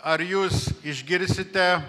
ar jūs išgirsite